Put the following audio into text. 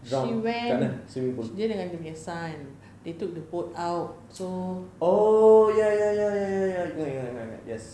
drown dekat mana swimming pool oh ya ya ya ya correct